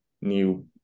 new